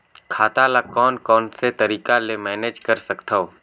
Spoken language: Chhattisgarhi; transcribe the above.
खाता ल कौन कौन से तरीका ले मैनेज कर सकथव?